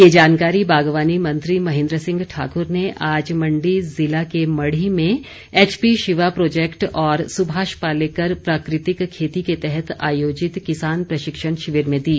ये जानकारी बागवानी मंत्री महेन्द्र सिंह ठाकुर ने आज मंडी जिला के मढ़ी में एचपी शिवा प्रोजैक्ट और सुभाष पालेकर प्राकृतिक खेती के तहत आयोजित किसान प्रशिक्षण शिविर में दी